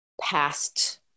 past